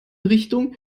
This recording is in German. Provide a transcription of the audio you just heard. richtung